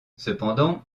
cependant